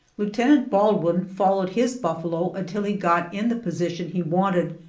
lieutenant baldwin followed his buffalo until he got in the position he wanted,